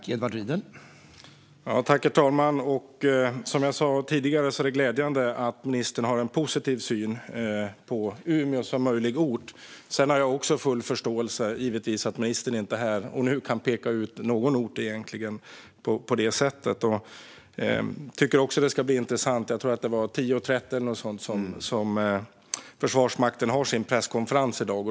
Herr talman! Som jag sa tidigare är det glädjande att ministern har en positiv syn på Umeå som möjlig ort. Sedan har jag givetvis också full förståelse för att ministern inte här och nu kan peka ut någon ort. Jag tycker också att det ska bli intressant med Försvarsmaktens presskonferens i dag - kl. 10.30, tror jag.